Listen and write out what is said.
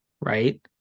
right